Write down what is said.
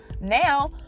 Now